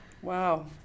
Wow